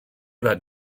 that